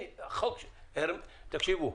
תקשיבו,